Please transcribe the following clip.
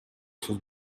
сөз